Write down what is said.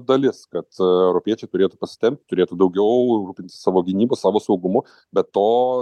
dalis kad europiečiai turėtų pasitempti turėtų daugiau rūpintis savo gynybos savo saugumu bet to